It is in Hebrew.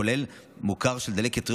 מחולל מוכר של דלקת ריאות,